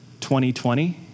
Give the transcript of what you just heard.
2020